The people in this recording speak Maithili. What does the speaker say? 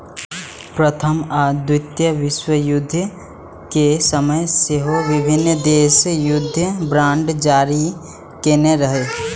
प्रथम आ द्वितीय विश्वयुद्ध के समय सेहो विभिन्न देश युद्ध बांड जारी केने रहै